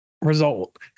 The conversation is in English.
result